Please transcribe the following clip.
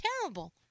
Terrible